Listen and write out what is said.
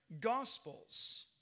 Gospels